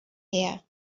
here